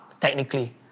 technically